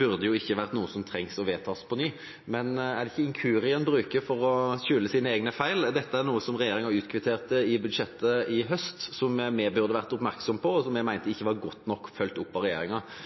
burde ikke vært noe som trengte å vedtas på ny – men er det ikke «inkurie» en bruker for å skjule sine egne feil? Dette er noe som regjeringa kvitterte ut i budsjettet sist høst, som vi burde vært oppmerksom på, og som vi mente ikke var godt nok fulgt opp av regjeringa.